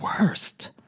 worst